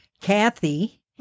Kathy